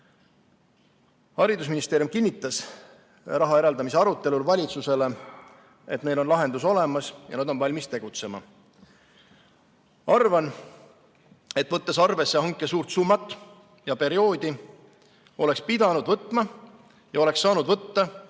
Haridusministeerium kinnitas raha eraldamise arutelul valitsusele, et neil on lahendus olemas ja nad on valmis tegutsema. Arvan, et võttes arvesse hanke suurt summat ja perioodi, oleks pidanud võtma ja oleks saanud võtta